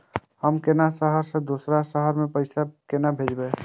हम केना शहर से दोसर के शहर मैं पैसा केना भेजव?